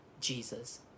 Jesus